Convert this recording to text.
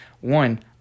One